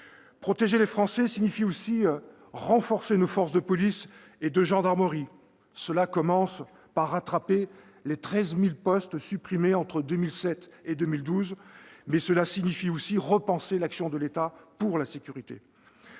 Protéger les Français signifie aussi renforcer nos forces de police et de gendarmerie. Cela commence par rattraper les 13 000 postes supprimés entre 2007 et 2012, mais cela signifie aussi repenser l'action de l'État pour la sécurité.